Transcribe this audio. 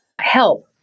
Help